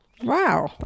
wow